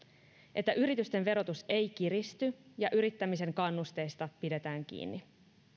että yritysten verotus ei kiristy ja että yrittämisen kannusteista pidetään kiinni